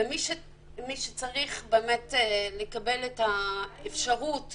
ומי שצריך באמת לקבל את האפשרות